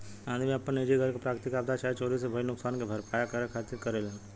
आदमी आपन निजी घर के प्राकृतिक आपदा चाहे चोरी से भईल नुकसान के भरपाया करे खातिर करेलेन